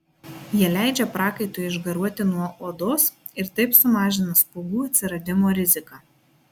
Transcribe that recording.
jie leidžia prakaitui išgaruoti nuo odos ir taip sumažina spuogų atsiradimo riziką